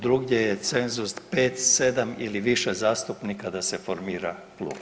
Drugdje je cenzus 5, 7 ili više zastupnika da se formira klub.